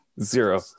zero